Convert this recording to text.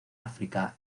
áfrica